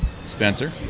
Spencer